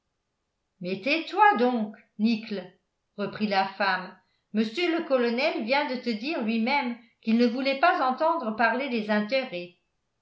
mais tais-toi donc nickle reprit la femme mr le colonel vient de te dire lui-même qu'il ne voulait pas entendre parler des intérêts